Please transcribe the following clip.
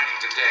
today